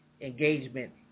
engagement